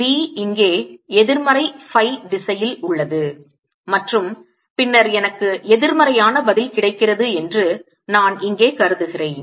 B இங்கே எதிர்மறை phi திசையில் உள்ளது மற்றும் பின்னர் எனக்கு எதிர்மறையான பதில் கிடைக்கிறது என்று நான் இங்கே கருதுகிறேன்